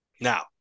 Now